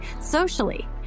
socially